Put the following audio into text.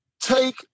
take